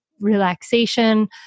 relaxation